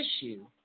issue